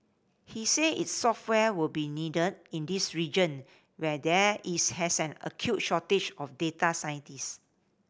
he said its software will be needed in this region where there is has an acute shortage of data scientists